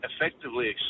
effectively